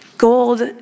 Gold